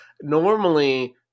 Normally